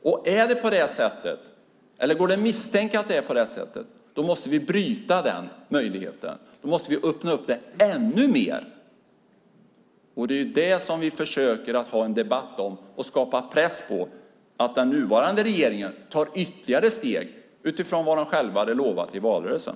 Går det att misstänka att det är på det sättet måste vi bryta den möjligheten och öppna upp det ännu mer. Det är det vi försöker ha en debatt om och skapa press på att nuvarande regering tar ytterligare steg utifrån vad de själva lovade i valrörelsen.